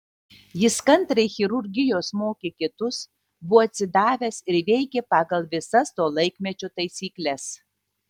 jis kantriai chirurgijos mokė kitus buvo atsidavęs ir veikė pagal visas to laikmečio taisykles